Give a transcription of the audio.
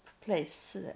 place